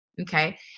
Okay